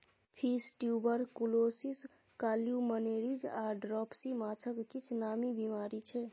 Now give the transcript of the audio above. fish tuberculosis, columnaris आ dropsy माछक किछ नामी बेमारी छै